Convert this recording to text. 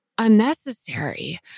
unnecessary